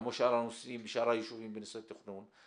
כמו שאמרנו, סביב שאר היישובים בנושא תכנון.